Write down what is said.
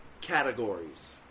categories